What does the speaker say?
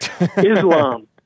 Islam